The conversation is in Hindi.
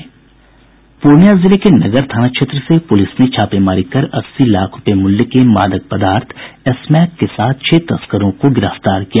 पूर्णिया जिले के नगर थाना क्षेत्र से पुलिस ने छापेमारी कर अस्सी लाख रूपये मूल्य के मादक पदार्थ स्मैक के साथ छह तस्करों को गिरफ्तार किया है